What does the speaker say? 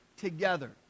together